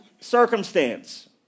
circumstance